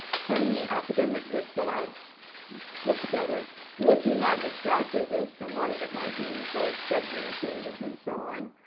from the academic group that i've pulled together looking at exactly this and what that might mean for scheduling changes and so on.